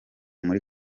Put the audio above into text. muri